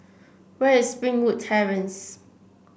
where is Springwood Terrace